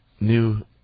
new